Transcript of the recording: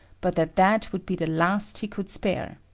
but that that would be the last he could spare.